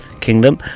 Kingdom